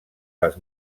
les